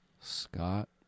Scott